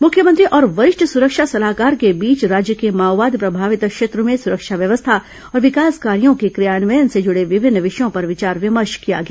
मुख्यमंत्री और वरिष्ठ सुरक्षा सलाहकार के बीच राज्य के माओवाद प्रभावित क्षेत्रो में सुरक्षा व्यवस्था और विकास कार्यो के क्रियान्वयन से जुड़े विभिन्न विषयों पर विचार विमर्श किया गया